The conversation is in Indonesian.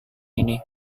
ini